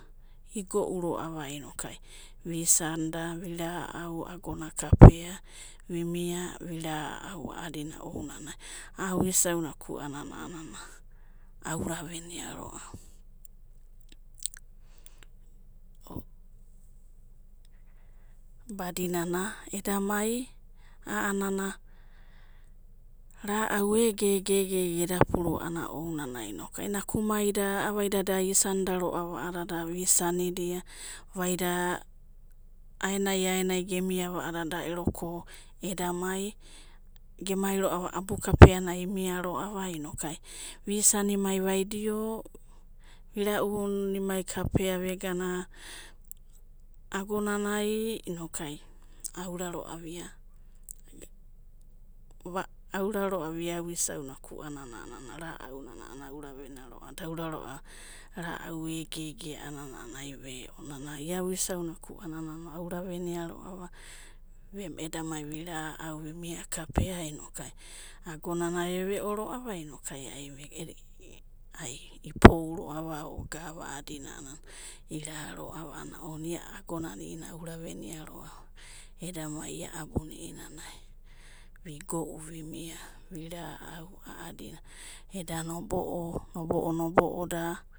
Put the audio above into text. Igo'u roava inokai, vi'isanda, vi'rau agona kapea vi'mia, vi'rau, a'adina ounanai, a'a vuisauna kuanana auravenia roava, badinana eda mai, a'anana ra'au ege, ege, ege, ege eda puru ana aunanai, nakumaida, a'a vaidada, da isanida roava, a'adada vi'isanida aenai aenai, gemiava a'adada, eda mai, gemai roava abu kapeana imia roava, vi'isanimai vaidio, varau'nimai kapea vegana agonanai inokai aurarova ia, auraroava ia vuisauna kuanana ra'aunana a'anana, auravenio roava da aura roava ra'au ege, ege a'anana ai ve'o, nana a'anana ia vuisauna kuanana ra'aunana aura venia roava eda mai vi'rau'u vi'mia kapea inoku, agonana eveo roava inoku ipairoava, gava a'adina iraroava ana ounanai ia agonana ia auraveniaroava eda mai ia abuna ieinanai vi'gou vi'rau, eda nobo'o, nobo'o, nobo'oda.